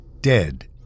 dead